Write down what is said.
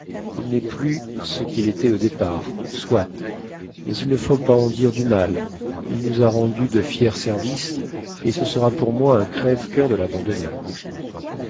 il n'est plus ce qu'il était au départ soit mais il ne faut pas en dire du mal il nous a rendu de fiers services et ce sera pour moi un crève cur de l'abandonner